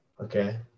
Okay